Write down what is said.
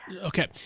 Okay